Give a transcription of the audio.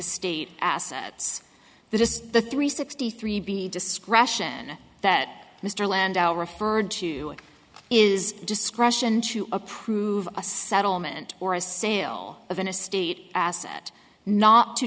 state assets this is the three sixty three b discretion that mr landau referred to it is discretion to approve a settlement or a sale of an estate asset not to